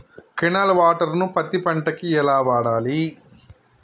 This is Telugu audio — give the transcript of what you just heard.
కెనాల్ వాటర్ ను పత్తి పంట కి ఎలా వాడాలి?